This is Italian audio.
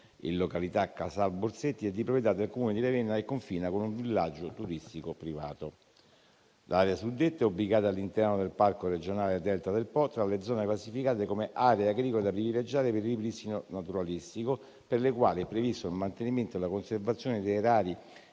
in località Casalborsetti è di proprietà del Comune di Ravenna e confina con un villaggio turistico privato. L'area suddetta è ubicata all'interno del parco regionale del Delta del Po tra le zone classificate come aree agricole da privilegiare per il ripristino naturalistico, per le quali sono previsti il mantenimento e la conservazione di rari